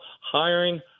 hiring